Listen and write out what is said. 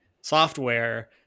software